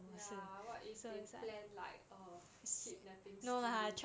ya what if they plan like uh kidnapping you